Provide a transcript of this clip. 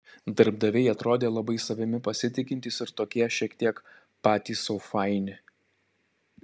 darbdaviai atrodė labai savimi pasitikintys ir tokie šiek tiek patys sau faini